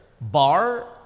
bar